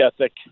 ethic